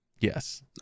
Yes